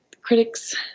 critics